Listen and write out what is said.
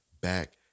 back